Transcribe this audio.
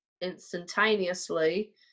instantaneously